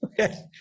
okay